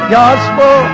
gospel